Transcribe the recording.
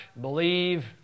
believe